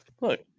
Look